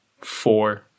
Four